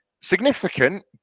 significant